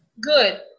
Good